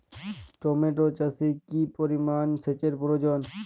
Tomato চাষে কি পরিমান সেচের প্রয়োজন?